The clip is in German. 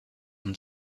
und